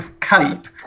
cape